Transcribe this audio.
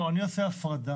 לא, אני עושה הפרדה